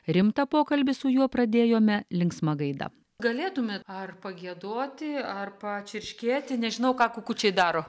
rimtą pokalbį su juo pradėjome linksma gaida galėtumėt ar pagiedoti ar pačirškėti nežinau ką kukučiai daro